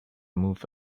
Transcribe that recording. moved